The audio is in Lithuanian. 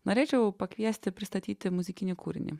norėčiau pakviesti pristatyti muzikinį kūrinį